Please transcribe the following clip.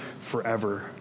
forever